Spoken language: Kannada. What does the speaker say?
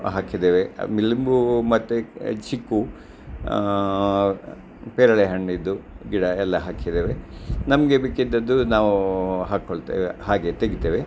ಹಾಕಿದ್ದೇವೆ ಆಮೇಲೆ ಲಿಂಬು ಮತ್ತು ಚಿಕ್ಕು ಪೇರಳೆ ಹಣ್ಣಿಂದು ಗಿಡ ಎಲ್ಲ ಹಾಕಿದ್ದೇವೆ ನಮಗೆ ಬೇಕಿದ್ದದ್ದು ನಾವು ಹಾಕ್ಕೊಳ್ತೇವೆ ಹಾಗೆ ತೆಗಿತೇವೆ